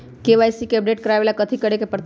KYC के update करवावेला कथि करें के परतई?